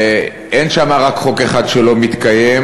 אין שם רק חוק אחד שלא מתקיים,